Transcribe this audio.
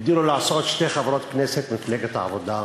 הגדילו לעשות שתי חברות כנסת ממפלגת העבודה,